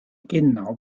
genau